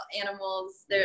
animals